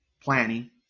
planning